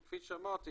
וכפי שאמרתי,